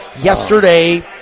Yesterday